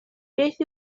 beth